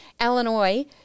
Illinois